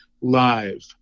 live